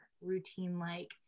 routine-like